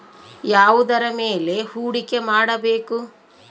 ಯಾವುದರ ಮೇಲೆ ಹೂಡಿಕೆ ಮಾಡಬೇಕು?